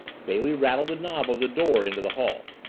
bailey rattled the knob of the door into the hall.